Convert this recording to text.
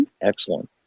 Excellent